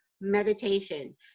meditation